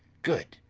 good,